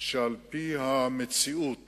שעל-פי המציאות